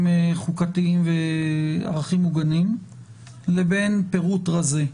חוקתיים וערכים מוגנים לבין פירוט רזה.